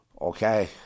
Okay